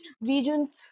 regions